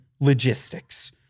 logistics